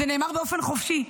זה נאמר באופן חופשי.